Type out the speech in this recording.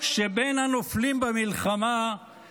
שבין הנופלים במלחמה -- מאיזה חלקים?